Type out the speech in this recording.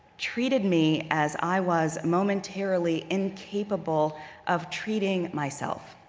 treated me as i was momentarily incapable of treating myself.